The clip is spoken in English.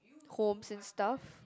homes and stuff